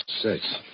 six